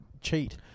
cheat